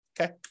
okay